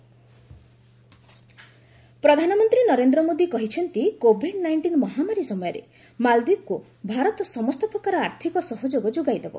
PM ମାଳଦୀପ ପ୍ରଧାନମନ୍ତ୍ରୀ ନରେନ୍ଦ୍ର ମୋଦୀ କହିଛନ୍ତି କୋଭିଡ୍ ନାଇଷ୍ଟିନ୍ ମହାମାରୀ ସମୟରେ ମାଳଦ୍ୱୀପକୁ ଭାରତ ସମସ୍ତ ପ୍ରକାର ଆର୍ଥିକ ସହଯୋଗ ଯୋଗାଇଦେବ